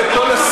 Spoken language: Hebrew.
יותר.